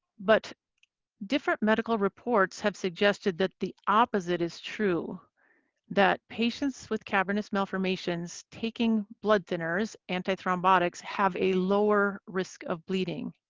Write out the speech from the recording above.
but different medical reports have suggested that the opposite is true that patients with cavernous malformations taking blood thinners, anti thrombotics, have a lower risk of bleeding.